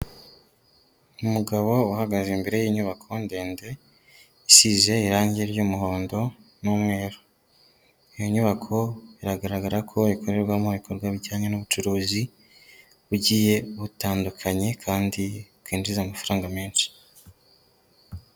Umugabo uhagaze imbere y'inyubako ndende, isize irangi ry'umuhondo n'umweru, iyo nyubako biragaragara ko ikorerwamo ibikorwa bijyanye n'ubucuruzi, bugiye butandukanye kandi bwinjiza amafaranga menshi.